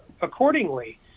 accordingly